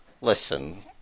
listen